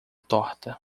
torta